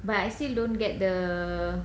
but I still don't get the